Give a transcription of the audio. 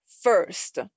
first